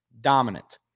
dominant